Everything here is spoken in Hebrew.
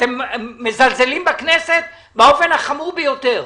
אתם מזלזלים בכנסת באופן החמור ביותר.